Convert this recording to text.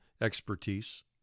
expertise